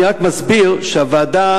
אני רק מסביר שהוועדה